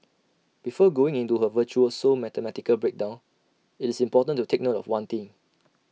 before going into her virtuoso mathematical breakdown IT is important to take note of one thing